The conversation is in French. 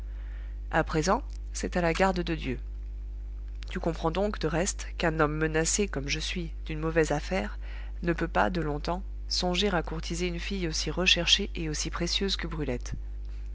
à présent c'est à la garde de dieu tu comprends donc de reste qu'un homme menacé comme je suis d'une mauvaise affaire ne peut pas de longtemps songer à courtiser une fille aussi recherchée et aussi précieuse que brulette